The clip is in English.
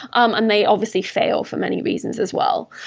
um and they obviously fail for many reasons as well.